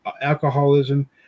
alcoholism